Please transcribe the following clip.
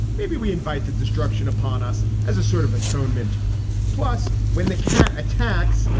maybe we invite the destruction upon us as a sort of atonement plus, when the cat attacks,